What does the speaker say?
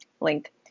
Link